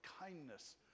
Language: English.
kindness